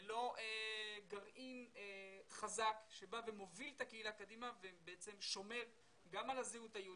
ללא גרעין חזק שמוביל את הקהילה קדימה ושומר גם על הזהות היהודית,